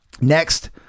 next